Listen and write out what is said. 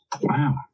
Wow